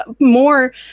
more